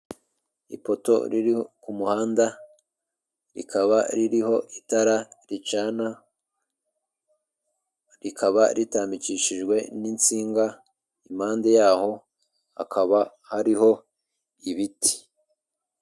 Ipoto riri ku muhanda rikaba ririho itara ricana rikaba ritambikishijwe n'insinga, impande yaho hakaba hariho ibiti.